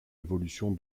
évolution